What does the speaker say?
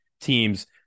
teams